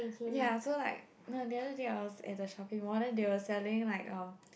ya so like you know the other day I was at the shopping mall then they were selling like um